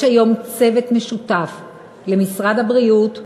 יש היום צוות משותף למשרד הבריאות,